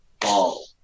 ball